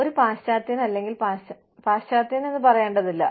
ഒരു പാശ്ചാത്യൻ അല്ലെങ്കിൽ പാശ്ചാത്യൻ എന്ന് പറയേണ്ടതില്ല